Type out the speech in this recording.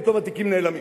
פתאום התיקים נעלמים?